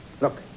Look